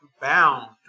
bound